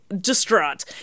distraught